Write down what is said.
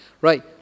Right